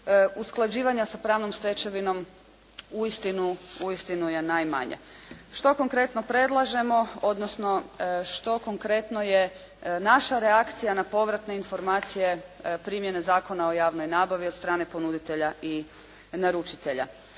usklađivanja sa pravnom stečevinom uistinu je najmanja. Što konkretno predlažemo, odnosno što konkretno je naša reakcija na povratne informacije primjene Zakona o javnoj nabavi od strane ponuditelja i naručitelja?